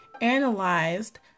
analyzed